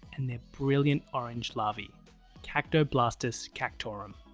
and their brilliant orange larvae cactoblastis cactorum.